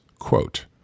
Quote